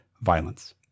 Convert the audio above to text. violence